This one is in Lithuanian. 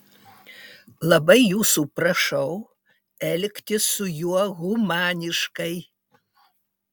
labai jūsų prašau elgtis su juo humaniškai